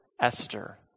Esther